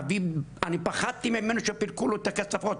אבי, אני פחדתי ממנו שפירקו לו את הכספות